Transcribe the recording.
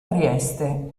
trieste